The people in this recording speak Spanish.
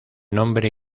nombre